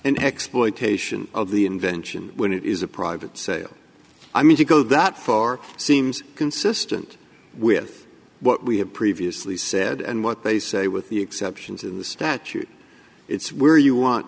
an exploitation of the invention when it is a private sale i mean to go that for seems consistent with what we have previously said and what they say with the exceptions in the statute it's where you want